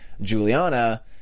Juliana